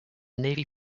navy